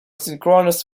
synchronous